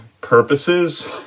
purposes